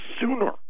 sooner